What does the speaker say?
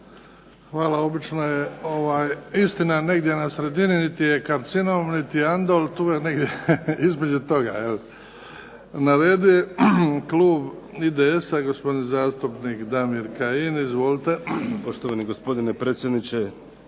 Hvala. Obično je istina negdje na sredini, niti je karcinom, niti je Andol, tu je negdje između toga. Na redu klub IDS-a, gospodin zastupnik Damir Kajin. Izvolite. **Kajin, Damir (IDS)** Poštovani gospodine predsjedniče,